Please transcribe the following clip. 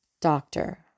doctor